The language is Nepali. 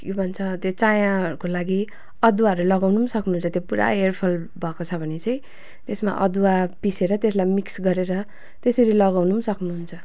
के भन्छ त्यो चायाहरूको लागि अदुवाहरू लगाउनु पनि सक्नुहुन्छ त्यो पुरा हेयरफल भएको छ भने चाहिँ त्यसमा अदुवा पिसेर त्यसलाई मिक्स गरेर त्यसरी लगाउनु पनि सक्नुहुन्छ